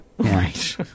Right